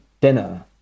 dinner